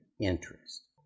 interest